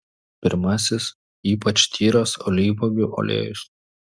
pirmasis ypač tyras alyvuogių aliejus